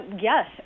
Yes